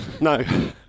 No